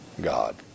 God